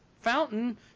fountain